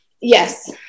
Yes